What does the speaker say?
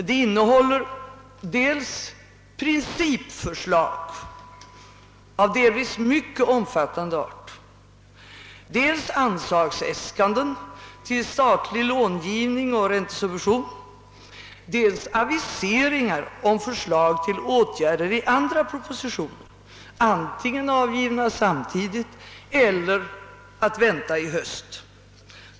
Dels innehåller det principförslag av bitvis mycket omfattande art, dels anslagsäskanden till statlig långivning och räntesubventicon och dels aviseringar om förslag till åtgärder i andra propositioner — antingen avgivna samtidigt eller att vänta i höst.